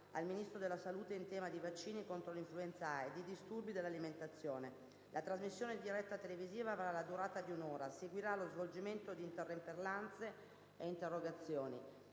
al Ministro della salute in tema di vaccini contro l'influenza A e di disturbi dell'alimentazione. La trasmissione diretta televisiva avrà la durata di un'ora. Seguirà lo svolgimento di interpellanze e interrogazioni.